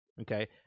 okay